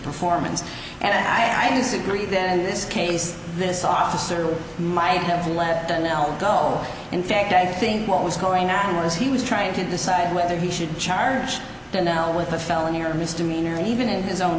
performance and i disagree then this case this officer might have left a no go in fact i think what was going to happen was he was trying to decide whether he should charge them now with a felony or misdemeanor even in his own